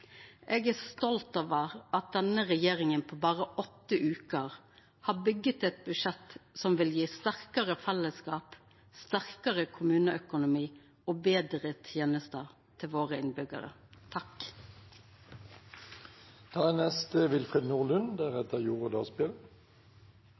Eg er stolt over at denne regjeringa på berre åtte veker har bygd eit budsjett som vil gje sterkare fellesskap, sterkare kommuneøkonomi og betre tenester til innbyggjarane våre.